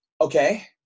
Okay